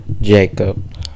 jacob